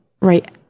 right